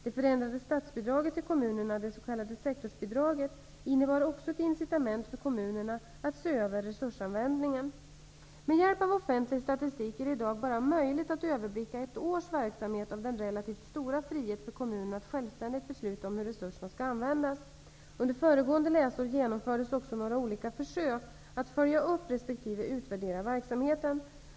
Det förändrade statsbidraget till kommunerna, det s.k. sektorsbidraget, innebar också ett incitament för kommunerna att se över resursanvändningen. Med hjälp av offentlig statistik är det i dag bara möjligt att överblicka ett års verksamhet med den relativt stora frihet för kommunerna att självständigt besluta om hur resurserna skall användas. Under föregående läsår genomfördes också några olika försök att följa upp resp. utvärdera verksamheten.